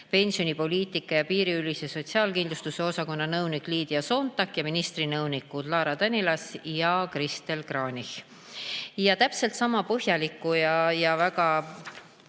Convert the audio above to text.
pensionipoliitika ja piiriülese sotsiaalkindlustuse osakonna nõunik Liidia Soontak ning ministri nõunikud Laura Danilas ja Kristel Kranich. Täpselt sama põhjaliku ja väga